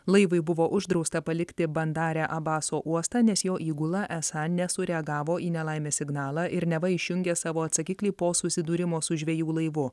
laivui buvo uždrausta palikti bandare abaso uostą nes jo įgula esą nesureagavo į nelaimės signalą ir neva išjungė savo atsakiklį po susidūrimo su žvejų laivu